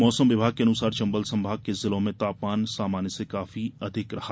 मौसम विभाग के अनुसार चंबल संभाग के जिलों में तापमान सामान्य से काफी अधिक रहा